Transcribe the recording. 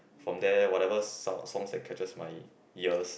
for there whatever's sound song that catches my ears